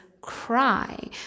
cry